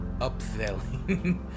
upselling